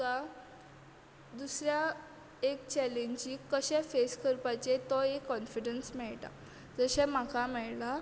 तुका दुसऱ्या एक चलेंजीक कशें फेस करपाचें तो एक कोन्फीडंस मेळटा जशें म्हाका मेळ्ळा